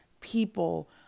people